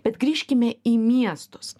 bet grįžkime į miestus